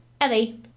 Ellie